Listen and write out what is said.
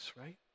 right